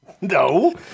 No